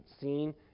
seen